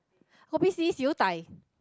kopi C siew-dai